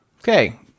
Okay